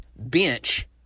bench